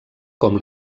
com